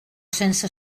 sense